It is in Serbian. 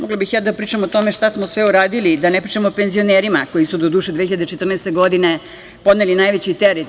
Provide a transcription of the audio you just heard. Mogla bih ja da pričam o tome šta smo sve uradili, da ne pričam o penzionerima koji su, doduše, 2014. godine poneli najveći teret.